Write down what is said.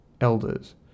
Elders